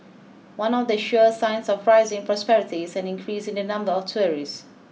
one of the sure signs of rising prosperity is an increase in the number of tourists